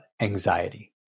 anxiety